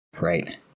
right